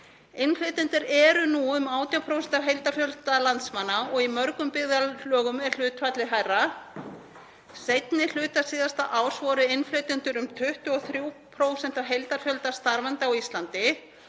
Innflytjendur eru nú um 18% af heildarfjölda landsmanna og í mörgum byggðarlögum er hlutfallið hærra. Seinni hluta síðasta árs voru innflytjendur um 23% af heildarfjölda starfandi á Íslandi.